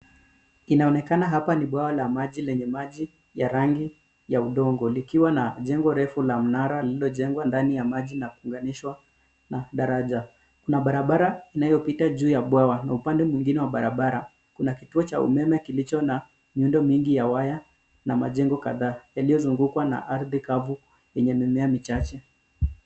Inaonekana hapa ni bwawa la maji lenye maji ya rangi ya udongo, likiwa na jengo refu la mnara lililojengwa ndani ya maji na kufunganishwa na daraja. Kuna barabara inayopita juu ya bwawa na upande mwingine wa barabara, kuna kituo cha umeme kilicho na miundo mingi ya waya na majengo kadhaa, yaliyozungukwa na ardhi kavu yenye mimea michache.